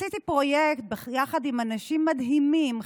עשיתי פרויקט יחד עם אנשים מדהימים,